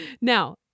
now